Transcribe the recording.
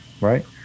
right